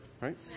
right